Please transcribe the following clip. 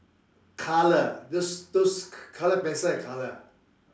color those those color pencil ai color ah